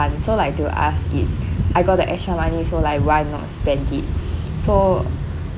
so like to us it's I got the extra money so like why not spend it so